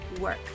Work